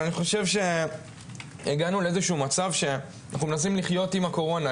אבל אני חושב שהגענו לאיזשהו מצב שאנחנו מנסים לחיות עם הקורונה,